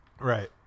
Right